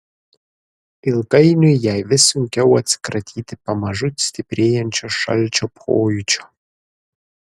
ilgainiui jai vis sunkiau atsikratyti pamažu stiprėjančio šalčio pojūčio